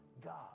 God